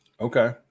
Okay